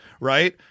right